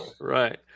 Right